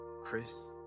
Chris